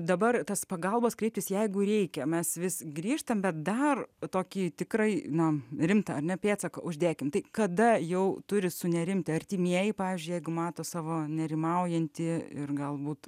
dabar tas pagalbos kreiptis jeigu reikia mes vis grįžtame dar tokį tikrai na rimta ar ne pėdsaką uždeginta kada jau turi sunerimti artimieji pavyzdžiui jeigu mato savo nerimaujantį ir galbūt